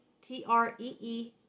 T-R-E-E